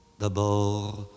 d'abord